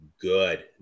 good